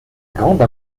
grande